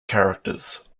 characters